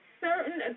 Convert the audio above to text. certain